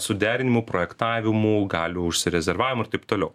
suderinimų projektavimų galių užsirezervavimo ir taip toliau